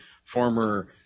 former